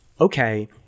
okay